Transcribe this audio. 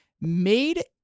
made